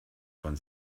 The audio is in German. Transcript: von